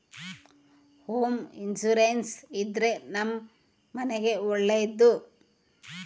home insurance ಇದ್ರೆ ನಮ್ ಮನೆಗ್ ಒಳ್ಳೇದು